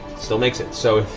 still makes it, so